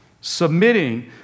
submitting